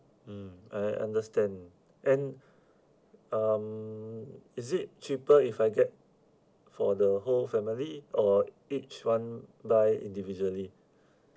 mm I understand and um is it cheaper if I get for the whole family or each one buy individually